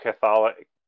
Catholic